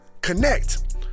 connect